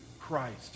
Christ